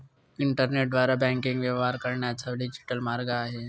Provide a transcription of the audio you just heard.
इंटरनेटद्वारे बँकिंग व्यवहार करण्याचा डिजिटल मार्ग आहे